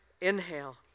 inhale